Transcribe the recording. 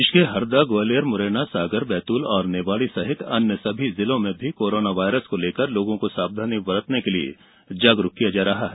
प्रदेश के हरदा ग्वालियर मुरैना सागर बैतूल और निवाड़ी सहित अन्य सभी जिलों में कोरोना वायरस को लेकर लोगों को सावधानी बरतने के लिए जागरुक किया जा रहा है